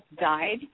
died